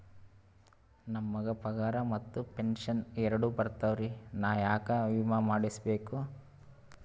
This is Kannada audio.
ನಮ್ ಗ ಪಗಾರ ಮತ್ತ ಪೆಂಶನ್ ಎರಡೂ ಬರ್ತಾವರಿ, ನಾ ಯಾಕ ವಿಮಾ ಮಾಡಸ್ಬೇಕ?